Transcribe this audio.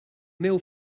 meu